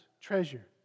treasure